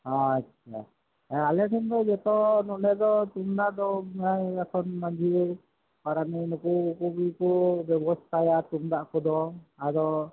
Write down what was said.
ᱟᱪᱪᱷᱟ ᱟᱞᱮ ᱴᱷᱮᱱ ᱫᱚ ᱡᱚᱛᱚ ᱱᱚᱰᱮ ᱫᱚ ᱛᱩᱢᱫᱟᱜ ᱫᱚ ᱮᱠᱷᱚᱱ ᱢᱟᱹᱡᱷᱤ ᱯᱟᱨᱟᱱᱤ ᱱᱩᱠᱩ ᱠᱚᱜᱮ ᱠᱚ ᱵᱮᱵᱚᱥᱛᱷᱟᱭᱟ ᱛᱩᱢᱫᱟᱜ ᱠᱚᱫᱚ ᱟᱫᱚ